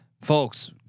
folks